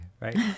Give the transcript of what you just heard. right